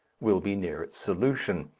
will be near its solution.